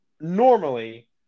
normally